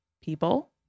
people